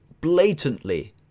blatantly